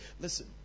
Listen